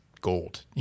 gold